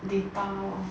data or